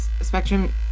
Spectrum